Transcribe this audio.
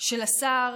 של השר